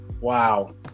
wow